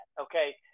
okay